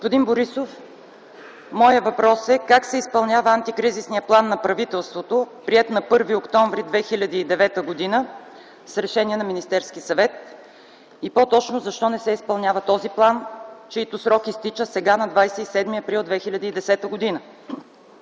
Господин Борисов, моят въпрос е: как се изпълнява Антикризисният план на правителството, приет на 1 октомври 2009 г. с решение на Министерския съвет, и по-точно защо не се изпълнява този план, чийто срок изтича сега, на 27 април 2010 г.?